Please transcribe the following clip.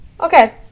Okay